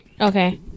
okay